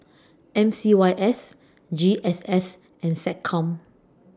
M C Y S G S S and Seccom